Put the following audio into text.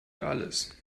alles